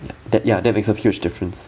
that ya that makes a huge difference